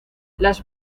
las